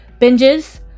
binges